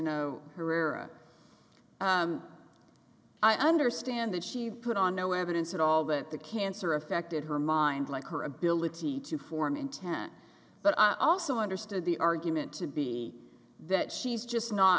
no herrera i understand that she put on no evidence at all but the cancer affected her mind like her ability to form intent but i also understood the argument to be that she's just not